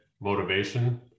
motivation